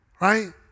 right